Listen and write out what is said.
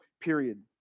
period